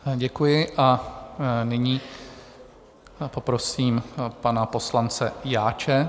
Děkuji a nyní poprosím pana poslance Jáče.